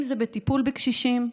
אם זה בטיפול בקשישים,